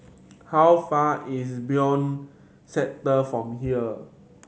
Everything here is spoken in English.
how far is Benoi Sector from here